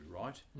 right